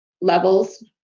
levels